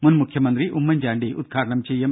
മുൻ മുഖ്യമന്ത്രി ഉമ്മൻചാണ്ടി ഉദ്ഘാടനം ചെയ്യും